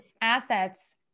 assets